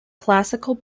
classical